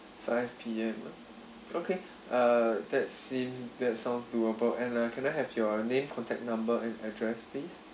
five P_M okay uh that seems that sounds doable and uh can I have your name contact number and address please